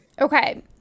Okay